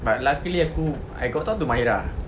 but luckily aku I got talk to mahirah